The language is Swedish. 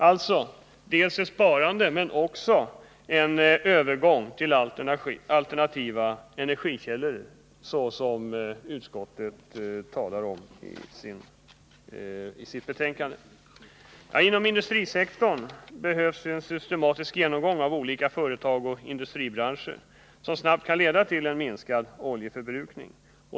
Alltså: dels ett sparande, dels också en övergång till alternativa energikällor såsom utskottet talar om i sitt betänkande. Inom industrisektorn behövs en systematisk genomgång av olika företag och industribranscher, som snabbt kan leda till minskad oljeförbrukning.